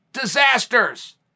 disasters